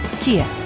Kia